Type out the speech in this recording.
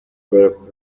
bayobowe